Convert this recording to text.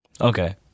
okay